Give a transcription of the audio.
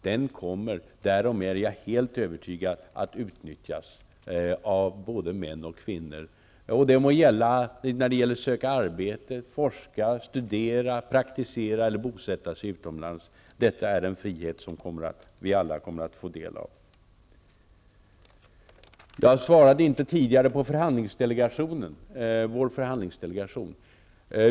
Den kommer -- därom är jag helt övertygad -- att utnyttjas av både män och kvinnor. Det må gälla att söka arbete, forska, studera, praktisera eller bosätta sig utomlands. Detta är en frihet som vi alla kommer att få del av. Jag svarade inte tidigare på frågan om vår förhandlingsdelegation.